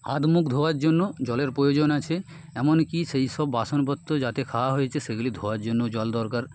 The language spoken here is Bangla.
হাত মুখ ধোয়ার জন্য জলের প্রয়োজন আছে এমনকি সেই সব বাসনপত্র যাতে খাওয়া হয়েছে সেগুলি ধোয়ার জন্যও জল দরকার